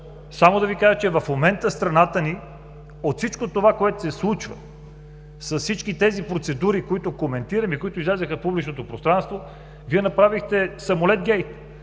Само да Ви кажа, че в момента в страната ни от всичко това, което се случва, с всички тези процедури, които коментираме и които излязоха в публичното пространство, Вие направихте самолетгейт.